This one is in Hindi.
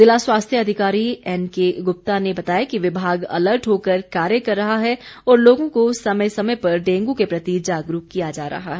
जिला स्वास्थ्य अधिकारी एन के गुप्ता ने बताया कि विभाग अलर्ट होकर कार्य कर रहा है और लोगों को समय समय पर डेंगू को प्रति जागरूक किया जा रहा है